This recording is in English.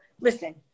listen